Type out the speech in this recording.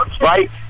right